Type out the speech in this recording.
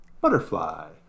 butterfly